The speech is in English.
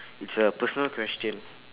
it's a personal question